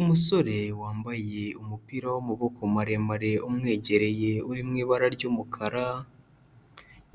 Umusore wambaye umupira w'amaboko maremare umwegereye uri mu ibara ry'umukara,